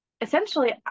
essentially